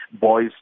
Boys